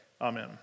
amen